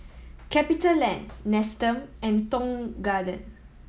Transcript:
CapitaLand Nestum and Tong Garden